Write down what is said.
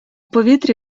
повітрі